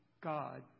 God